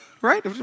right